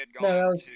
No